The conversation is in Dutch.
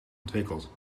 ontwikkeld